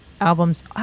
albums